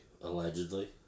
Allegedly